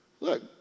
Look